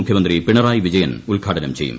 മുഖ്യമന്ത്രി പിണറായി വിജയൻ ഉദ്ഘാടനം ചെയ്യും